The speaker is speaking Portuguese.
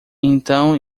então